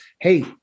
hey